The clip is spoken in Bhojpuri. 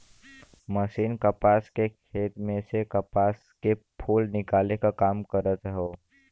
मशीन कपास के खेत में से कपास के फूल निकाले क काम करत हौ